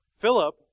Philip